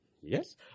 Yes